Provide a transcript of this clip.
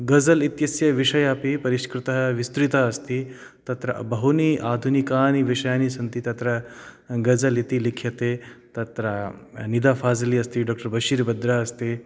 गज़ल् इत्यस्य विषयः अपि परिष्कृतः विस्तृतः अस्ति तत्र बहूनि आधुनिकानि विषयाः सन्ति तत्र गज़ल् इति लिख्यते तत्र निदाफ़ाज़ली अस्ति डाक्टर् बशीर् बद्रा अस्ति